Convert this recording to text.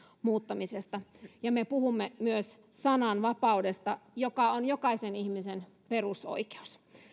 muuttamisesta ja me puhumme myös sananvapaudesta joka on jokaisen ihmisen perusoikeus